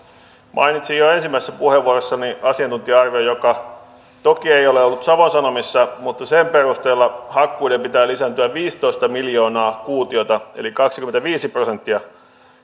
mainitsin jo ensimmäisessä puheenvuorossani asiantuntija arvion joka toki ei ole ollut savon sanomissa mutta sen perusteella hakkuiden pitää lisääntyä viisitoista miljoonaa kuutiota eli kaksikymmentäviisi prosenttia